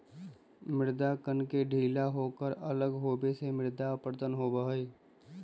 मृदा कण के ढीला होकर अलग होवे से मृदा अपरदन होबा हई